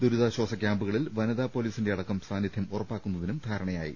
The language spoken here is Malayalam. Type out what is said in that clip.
ദുരിതാശാസ കൃാമ്പുകളിൽ വനിതാ പൊലീസിന്റെയ ടക്കം സാന്നിധ്യം ഉറപ്പാക്കുന്നതിനും ധാരണയായി